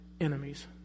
enemies